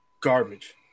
garbage